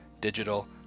digital